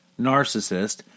narcissist